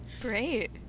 Great